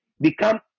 become